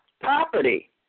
property